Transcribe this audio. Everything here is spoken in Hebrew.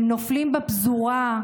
הם נופלים בפזורה.